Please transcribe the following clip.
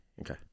Okay